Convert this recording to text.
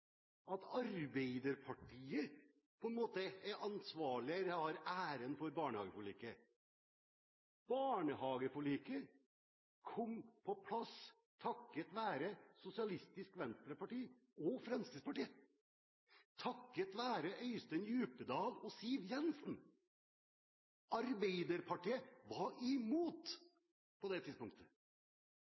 at Arbeiderpartiet på en måte er ansvarlig, eller har æren, for barnehageforliket. Barnehageforliket kom på plass takket være Sosialistisk Venstreparti og Fremskrittspartiet, takket være Øystein Djupedal og Siv Jensen. Arbeiderpartiet var imot på det tidspunktet.